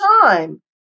time